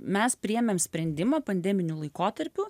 mes priėmėm sprendimą pandeminiu laikotarpiu